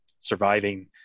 surviving